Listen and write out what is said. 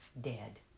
dead